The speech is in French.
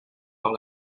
par